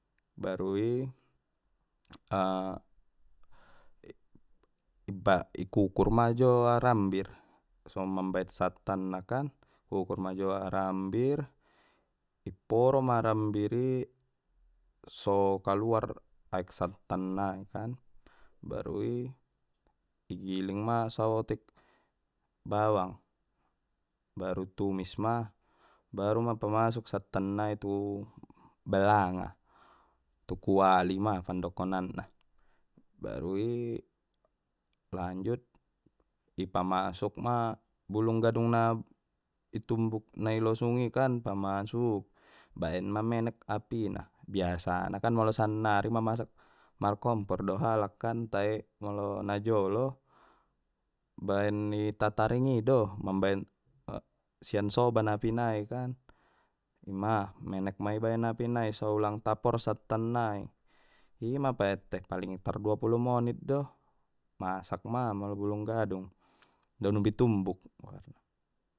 Baru i, i kukur ma jo arambir so mambaen sattan na kan i kukur ma jo arambir i poru ma arambir i so kaluar aek sattan nai kan baru i igiling ma saotik bawang baru tumisma baru ma pamasuk sattan nai tu balanga tu kuali ma pandokonan na baru i, lanjut i pamasuk ma bulung gadung na itumbuk na i losung i kan pamasuk baen ma menek api na biasana molo sannari mamasak markompor do halak kan tai molo na jolo baen i tataring ido mambaen sian soban api nai kan ima menek ma ibaen api nai so ulang tapor sattan nai ima paette paling tar dua pulu monit do masak ma molo bulung gadung daun ubi tumbuk goarna.